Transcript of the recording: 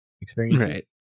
experiences